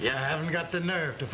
yeah i haven't got the nerve to